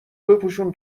بپوشون